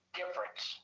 difference